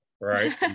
right